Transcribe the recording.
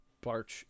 Barch